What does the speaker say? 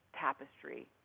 tapestry